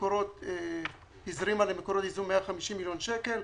מקורות הזרימה למקורות ייזום 150 מיליון שקל.